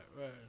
right